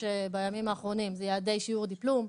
בימים האחרונים זה יעדי שיעור דיפלום,